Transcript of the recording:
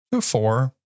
Four